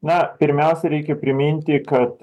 na pirmiausia reikia priminti kad